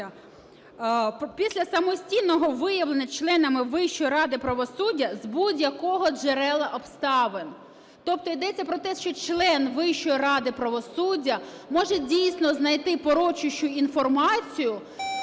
після самостійного виявлення членами Вищої ради правосуддя з будь-якого джерела обставин. Тобто йдеться про те, що член Вищої ради правосуддя може дійсно знайти порочащую інформацію,